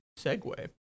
segue